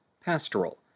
Pastoral